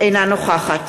אינה נוכחת